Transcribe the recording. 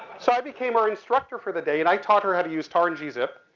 so i became her instructor for the day and i taught her how to use tar and gzip